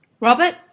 Robert